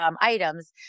items